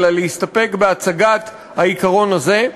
אלא להסתפק בהצגת העיקרון הזה,